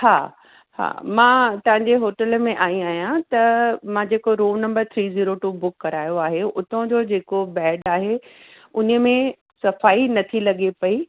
हा हा मां तव्हांजे होटल में आई आहियां त मां जेको room number three zero two book करायो आहे उतां जो जेको बेड आहे हुन में सफ़ाई न थी लॻे पेई